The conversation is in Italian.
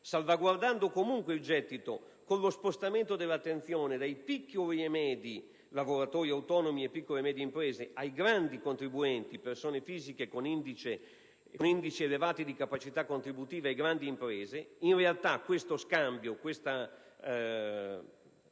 salvaguardando comunque il gettito fiscale, con lo spostamento dell'attenzione dai piccoli e medi (lavoratori autonomi e piccole-medie imprese) ai grandi contribuenti (persone fisiche con indici elevati di capacità contributiva e grandi imprese) e quindi la modifica